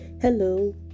hello